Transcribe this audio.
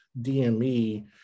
DME